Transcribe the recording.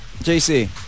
JC